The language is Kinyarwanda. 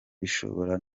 bishobora